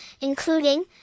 including